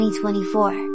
2024